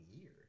year